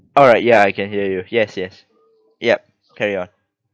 alright ya I can hear you yes yes yup carry on